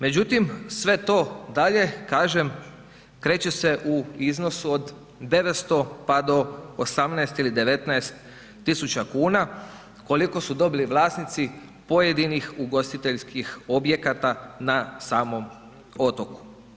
Međutim, sve to dalje, kažem kreće se u iznosu od 900 pa do 18 ili 19 tisuća kuna, koliko su dobili vlasnici pojedinih ugostiteljskih objekata na samom otoku.